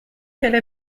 qu’elle